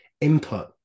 input